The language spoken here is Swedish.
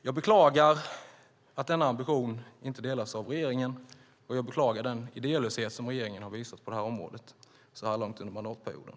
Jag beklagar att denna ambition inte delas av regeringen, och jag beklagar den idélöshet som regeringen har visat på det här området så här långt under mandatperioden.